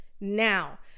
now